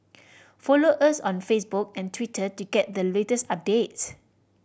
follow us on Facebook and Twitter to get the latest updates